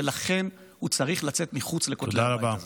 ולכן הוא צריך לצאת מחוץ לכותלי הבית הזה.